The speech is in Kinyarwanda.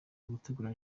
gutegura